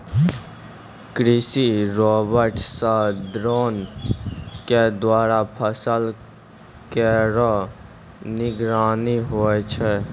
कृषि रोबोट सह द्रोण क द्वारा फसल केरो निगरानी होय छै